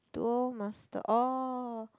Duel-Master orh